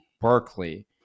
Berkeley